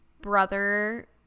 brother